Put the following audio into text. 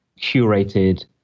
curated